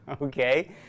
Okay